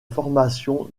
formation